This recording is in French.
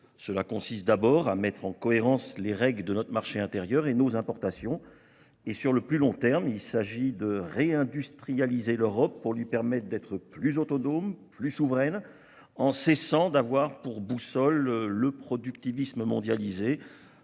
Cela consiste, d'abord, à mettre en cohérence les règles de notre marché intérieur et nos importations. Sur le plus long terme, il s'agit de réindustrialiser l'Europe pour lui permettre d'être plus autonome, plus souveraine, en cessant d'avoir pour boussole le productivisme mondialisé.